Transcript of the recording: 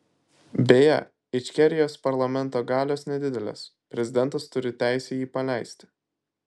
beje ičkerijos parlamento galios nedidelės prezidentas turi teisę jį paleisti